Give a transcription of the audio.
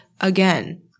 again